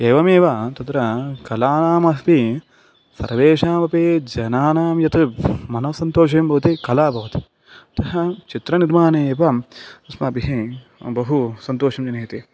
एवमेव तत्र कलानामस्मि सर्वेषामपि जनानां यत् मन सन्तोषं भवति कला भवति अतः चित्रनिर्माणे एव अस्माभिः बहु सन्तोषं जनयति